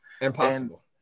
impossible